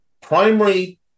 primary